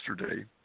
yesterday